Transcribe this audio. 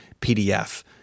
PDF